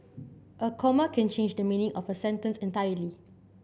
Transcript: a comma can change the meaning of a sentence entirely